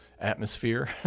atmosphere